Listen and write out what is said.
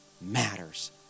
matters